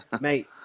mate